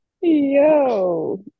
yo